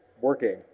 working